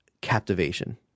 captivation